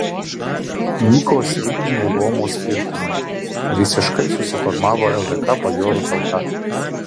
nyko sritiniai luomo skirtumai visiškai susiformavo ldk bajorų tauta